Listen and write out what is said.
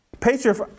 Patriot